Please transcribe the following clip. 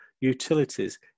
utilities